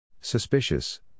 Suspicious